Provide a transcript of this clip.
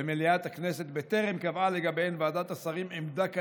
במליאת הכנסת בטרם קבעה לגביהן ועדת השרים עמדה כנדרש,